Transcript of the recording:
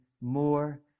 more